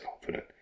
confident